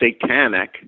Satanic